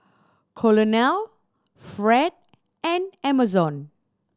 Colonel Fred and Emerson